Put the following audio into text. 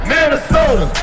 Minnesota